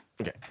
Okay